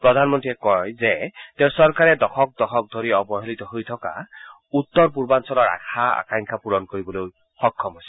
প্ৰধানমন্ৰীয়ে কয় যে তেওঁৰ চৰকাৰে দশক দশক ধৰি অৱহেলিত হৈ অহা উত্তৰ পূৰ্বাঞ্চলৰ আশা আকাংক্ষা পূৰণ কৰিবলৈ সক্ষম হৈছে